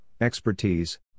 expertise